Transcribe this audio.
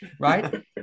right